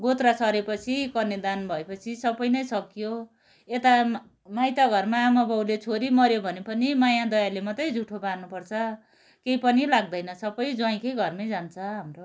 गोत्र सरेपछि कनेदान भएपछि सबै नै सक्यो यता माइत घरमा आमाबाउले छोरी मर्यो भने पनि मायादयाले मात्रै जुठो बार्नुपर्छ केही पनि लाग्दैन सबै ज्वाइँकै घरमै जान्छ हाम्रो